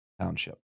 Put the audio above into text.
Township